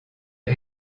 est